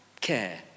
care